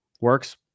works